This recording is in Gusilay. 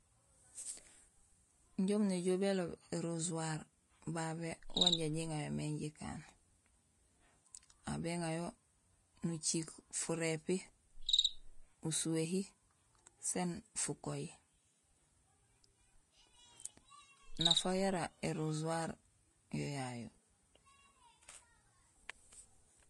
Injé umu néjool béloob érajuwar babé wanja jiŋayo mé jikaan, aw béŋayo nuciik furépi, usuwéhi sén fukowi. Nafa yara érojuwar yo yayu